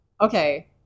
okay